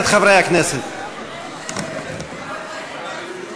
לא היה כדבר